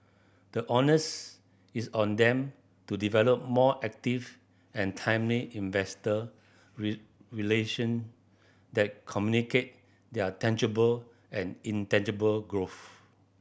the onus is on them to develop more active and timely investor relation that communicate their tangible and intangible growth